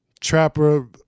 Trapper